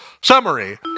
Summary